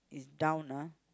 is down ah